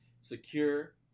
secure